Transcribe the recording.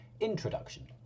Introduction